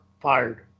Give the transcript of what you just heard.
fired